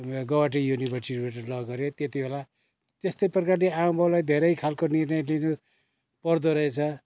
गुहाटी युनिभर्सिटीबाट ल गऱ्यो त्यतिबेला त्यस्तै प्रकारले आमा बाउलाई धेरै खालको निर्णय लिनु पर्दो रहेछ